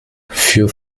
für